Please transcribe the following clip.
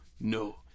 No